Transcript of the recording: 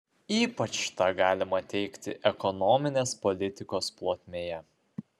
ypač tą galima teigti ekonominės politikos plotmėje